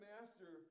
Master